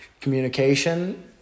Communication